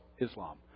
Islam